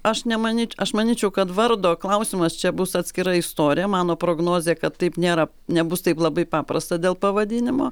aš nemanyč aš manyčiau kad vardo klausimas čia bus atskira istorija mano prognozė kad taip nėra nebus taip labai paprasta dėl pavadinimo